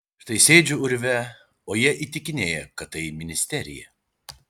štai sėdžiu urve o jie įtikinėja kad tai ministerija